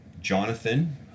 Jonathan